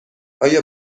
آیا